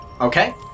Okay